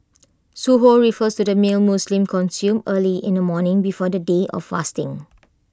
Suhoor refers to the meal Muslims consume early in the morning before the day of fasting